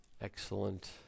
Excellent